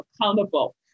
accountable